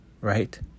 right